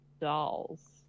dolls